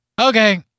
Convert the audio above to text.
Okay